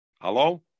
Hello